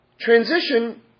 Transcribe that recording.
transition